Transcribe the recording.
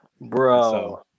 Bro